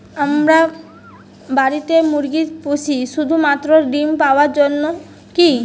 আমরা বাড়িতে মুরগি পুষি শুধু মাত্র ডিম পাওয়ার জন্যই কী?